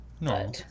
No